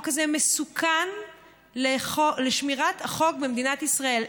הזה מסוכן לשמירת החוק במדינת ישראל.